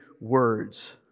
words